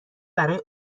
برای